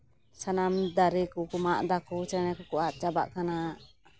ᱥᱟᱱᱟᱢ ᱫᱟᱨᱮ ᱠᱚᱠᱚ ᱢᱟᱜ ᱫᱟᱠᱚ ᱪᱮᱬᱮ ᱠᱚᱠᱚ ᱟᱫ ᱪᱟᱵᱟᱜ ᱠᱟᱱᱟ